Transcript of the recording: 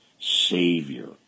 Savior